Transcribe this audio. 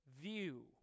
view